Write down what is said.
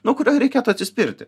nuo kurio ir reikėtų atsispirti